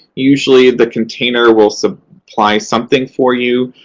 usually, the container will so supply something for you,